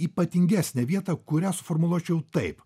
ypatingesnę vietą kurią suformuluočiau taip